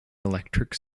electric